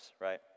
right